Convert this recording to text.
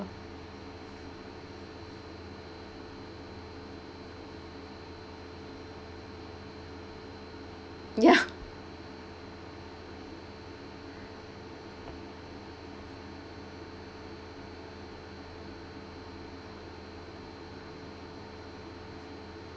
ya